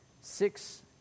Six